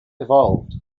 evolved